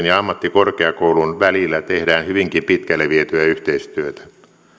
ja ammattikorkeakoulun välillä tehdään hyvinkin pitkälle vietyä yhteistyötä